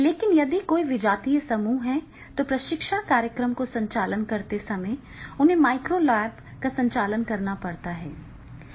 लेकिन यदि कोई विजातीय समूह है तो प्रशिक्षण कार्यक्रम का संचालन करते समय उन्हें माइक्रो लैब का संचालन करना पड़ता है